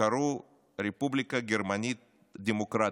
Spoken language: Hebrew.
קראו "רפובליקה גרמנית דמוקרטית".